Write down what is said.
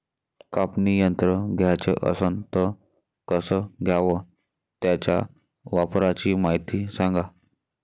कापनी यंत्र घ्याचं असन त कस घ्याव? त्याच्या वापराची मायती सांगा